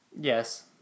Yes